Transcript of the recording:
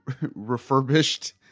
refurbished